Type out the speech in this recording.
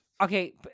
Okay